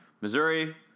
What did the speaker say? Missouri